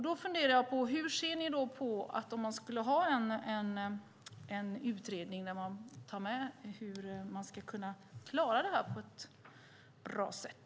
Då funderar jag: Hur ser ni då på att man skulle ha en utredning där man tar med hur man ska kunna klara det här på ett bra sätt?